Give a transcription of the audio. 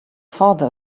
farther